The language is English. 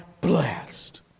blessed